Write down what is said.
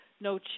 no